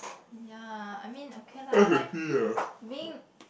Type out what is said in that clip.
ya I mean okay lah like being